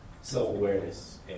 self-awareness